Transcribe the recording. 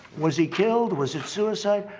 was he killed? was it suicide?